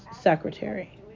Secretary